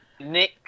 Nick